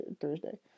Thursday